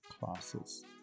classes